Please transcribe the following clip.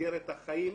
במסגרת החיים,